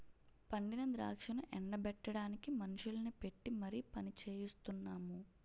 పండిన ద్రాక్షను ఎండ బెట్టడానికి మనుషుల్ని పెట్టీ మరి పనిచెయిస్తున్నాము